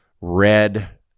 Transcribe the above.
red